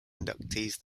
inductees